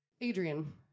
Adrian